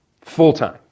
full-time